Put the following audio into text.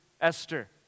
Esther